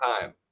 time